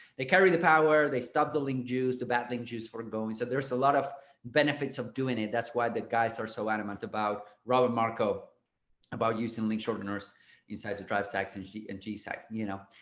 they carry the power, they stop the link juice to backlink juice for going so there's a lot of benefits of doing it. that's why the guys are so adamant about robert marco about using link shorteners inside the dr. saxon g and g sack, you know,